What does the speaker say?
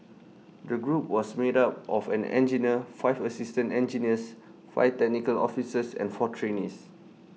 the group was made up of an engineer five assistant engineers five technical officers and four trainees